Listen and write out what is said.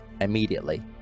immediately